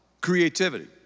creativity